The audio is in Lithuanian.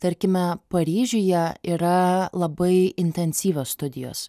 tarkime paryžiuje yra labai intensyvios studijos